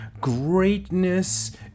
greatness